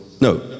no